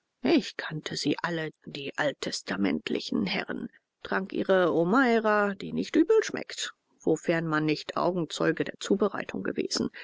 ich kannte sie alle die alttestamentlichen herren trank ihre omeire die nicht übel schmeckt wofern man nicht augenzeuge der zubereitung gewesen